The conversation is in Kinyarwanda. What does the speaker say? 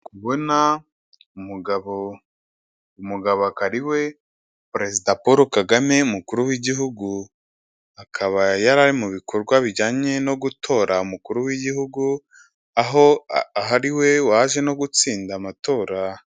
Ndi kubona umugabo, uyu mugabo akaba ariwe perezida Paul Kagame umukuru w'igihugu, akaba yari ari mubikorwa bijyanye no gutora umukuru w'igihugu, aho ari nawe waje no gutsinda amatora.